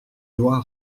loi